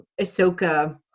Ahsoka